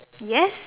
yes